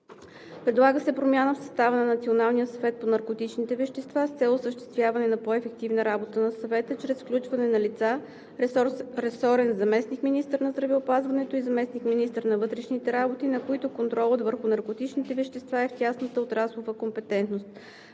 Предлага се промяна в състава на Националния съвет по наркотичните вещества с цел осъществяване на по-ефективна работа на Съвета чрез включване на лица – ресорен заместник-министър на здравеопазването и заместник-министър на вътрешните работи, на които контролът върху наркотичните вещества е в тясната отраслова компетентност.